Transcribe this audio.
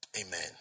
amen